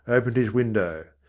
opened his window.